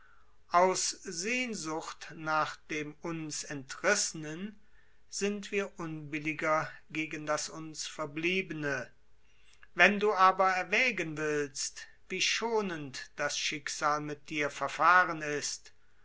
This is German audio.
aus sehnsucht nach dem uns entrissenen sind wir unbilliger gegen das uns verbliebene wenn du aber erwägen willst wie schonend das schicksal mit dir verfahren ist